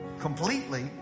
completely